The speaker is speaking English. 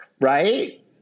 right